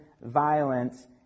violence